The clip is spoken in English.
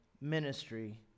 ministry